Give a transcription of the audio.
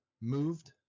moved